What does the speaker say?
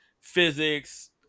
physics